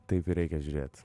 taip ir reikia žiūrėt